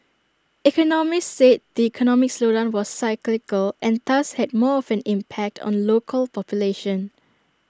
economists said the economic slowdown was cyclical and thus had more of an impact on local population